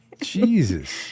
Jesus